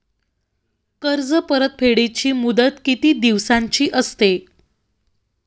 कर्ज परतफेडीची मुदत किती दिवसांची असते?